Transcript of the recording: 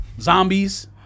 zombies